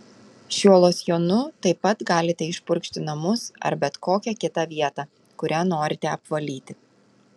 šiuo losjonu taip pat galite išpurkšti namus ar bet kokią kitą vietą kurią norite apvalyti